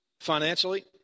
financially